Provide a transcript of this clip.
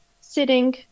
sitting